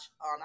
on